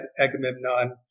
Agamemnon